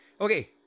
Okay